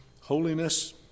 Holiness